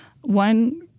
One